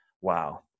Wow